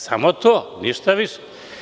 Samo to, ništa više.